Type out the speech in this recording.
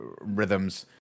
rhythms